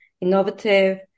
innovative